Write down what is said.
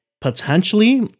potentially